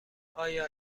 آیا